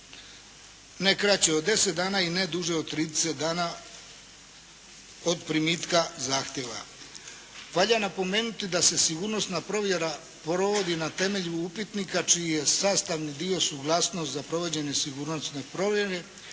ne kraće od 10 dana i ne duže od 30 dana od primitka zahtjeva. Valja napomenuti da se sigurnosna provjera provodi na temelju upitnika čiji je sastavni dio suglasnost za provođenje sigurnosne provjere.